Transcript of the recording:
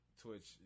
Twitch